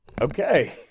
Okay